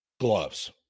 gloves